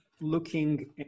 looking